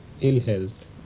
ill-health